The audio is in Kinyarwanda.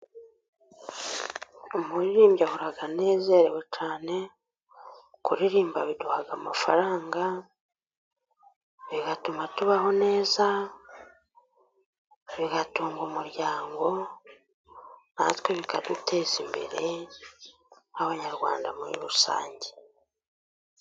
Umuririmbyi ahora anezerewe cyane, kuririmba biduha amafaranga bigatuma tubaho neza, bigatunga umuryango natwe bikaduteza imbere nk'Abanyarwanda muri rusange.